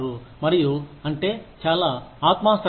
మరియు అంటే చాలా ఆత్మాశ్రయ